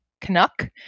Canuck